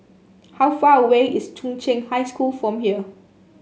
how far away is Chung Cheng High School from here